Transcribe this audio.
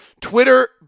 Twitter